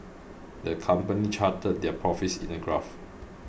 the company charted their profits in a graph